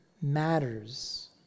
matters